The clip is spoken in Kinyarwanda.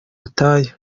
butayu